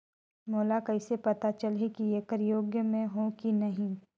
मोला कइसे पता चलही की येकर योग्य मैं हों की नहीं?